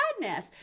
madness